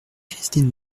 christine